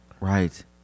Right